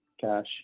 cash